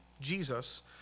Jesus